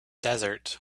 desert